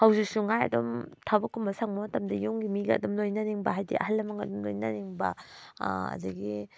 ꯍꯧꯖꯤꯛꯁꯨ ꯉꯥꯏ ꯑꯗꯨꯝ ꯊꯕꯛꯀꯨꯝꯕ ꯁꯪꯕ ꯃꯇꯝꯗ ꯌꯨꯝꯒꯤ ꯃꯤꯒ ꯑꯗꯨꯝ ꯂꯣꯏꯅꯅꯤꯡꯕ ꯍꯥꯏꯗꯤ ꯑꯍꯜ ꯂꯃꯟꯒ ꯑꯗꯨꯝ ꯂꯣꯏꯅꯅꯤꯡꯕ ꯑꯗꯒꯤ